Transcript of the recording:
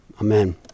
amen